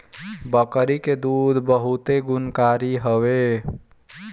बकरी के दूध बहुते गुणकारी हवे